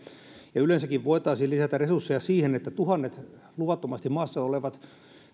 ja yleensäkin voitaisiin lisätä resursseja siihen että tuhannet luvattomasti maassa olevat